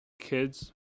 kids